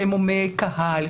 שהם הומי קהל,